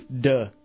Duh